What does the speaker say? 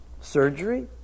surgery